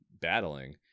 battling